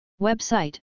Website